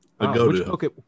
okay